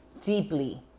deeply